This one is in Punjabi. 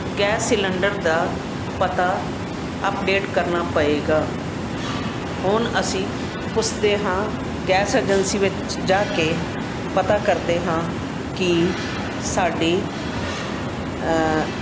ਗੈਸ ਸਿਲੰਡਰ ਦਾ ਪਤਾ ਅਪਡੇਟ ਕਰਨਾ ਪਵੇਗਾ ਹੁਣ ਅਸੀਂ ਪੁੱਛਦੇ ਹਾਂ ਗੈਸ ਏਜੰਸੀ ਵਿੱਚ ਜਾ ਕੇ ਪਤਾ ਕਰਦੇ ਹਾਂ ਕਿ ਸਾਡੀ